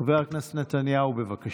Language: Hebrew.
חבר הכנסת נתניהו, בבקשה.